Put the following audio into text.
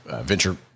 venture